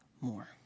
More